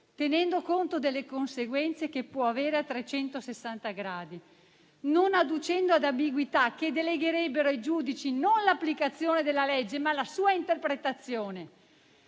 tenendo conto delle conseguenze che può avere a 360 gradi, non adducendo ad ambiguità che delegherebbero ai giudici non l'applicazione della legge, ma la sua interpretazione.